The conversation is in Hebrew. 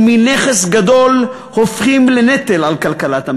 ומנכס גדול הופכים לנטל על כלכלת המדינה.